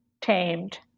tamed